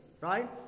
right